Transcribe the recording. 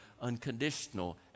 unconditional